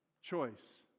Choice